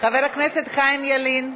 חבר הכנסת חיים ילין,